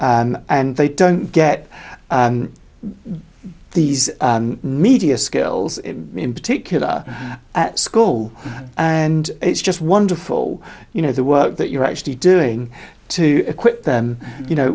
needs and they don't get these media skills in particular at school and it's just wonderful you know the work that you're actually doing to equip them you know